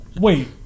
Wait